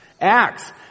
Acts